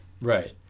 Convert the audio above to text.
Right